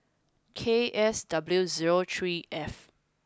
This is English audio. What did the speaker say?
K S W zero three F